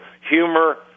Humor